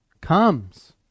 comes